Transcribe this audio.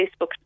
Facebook